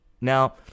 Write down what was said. Now